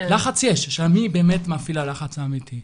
לחץ יש, השאלה מי באמת מפעיל הלחץ האמיתי.